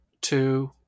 two